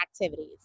activities